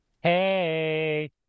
Hey